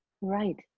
Right